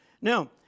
Now